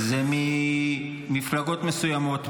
לכן היא כבר צריכה להיות סגורה.